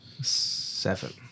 Seven